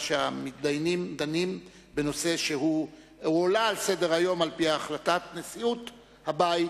שהמתדיינים דנים בנושא שהועלה על סדר-היום על-פי החלטת נשיאות הבית,